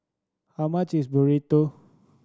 how much is Burrito